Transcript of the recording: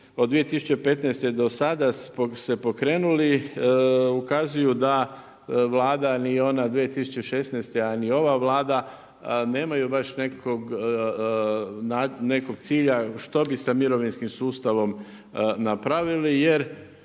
od 2015. do sada se pokrenuli ukazuju da Vlada ni ona 2016., a ni ova Vlada nemaju baš nekog cilja što bi sa mirovinskim sustavom napravili jer